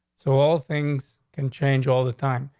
so all things can change all the time.